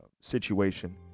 situation